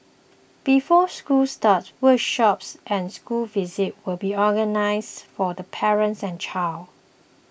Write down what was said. before school starts workshops and school visits will be organised for the parents and child